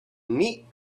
neat